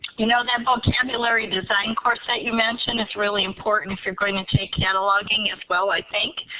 you know, that vocabulary design course that you mentioned is really important if you're going to take cataloging as well, i think.